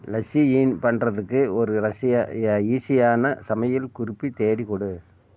லஸ்ஸி பண்ணுறதுக்கு ஒரு ஈசியான சமையல் குறிப்பு தேடிக்கொடு